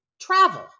travel